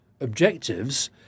objectives